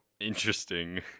Interesting